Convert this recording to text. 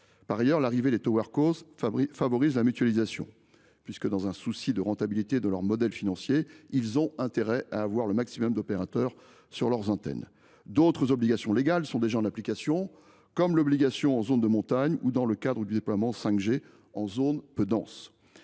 Par ailleurs, l’arrivée des favorise la mutualisation puisque, dans un souci de rentabilité de leur modèle financier, elles ont intérêt à avoir le maximum d’opérateurs sur leurs antennes. D’autres obligations légales sont déjà en application, comme l’obligation en zone de montagne, ou dans le cadre du déploiement 5G en zone peu dense.